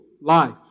life